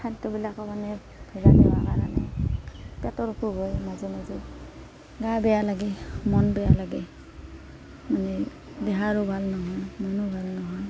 খাদ্যবিলাকো মানে ভেজাল হোৱাৰ কাৰণে পেটৰ অসুখ হয় মাজে মাজে গা বেয়া লাগে মন বেয়া লাগে এনে দেহাৰো ভাল নহয় মনো ভাল নহয়